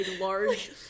large